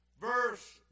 verse